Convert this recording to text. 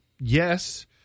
yes